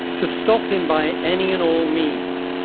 to stop him by any and all means,